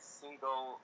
single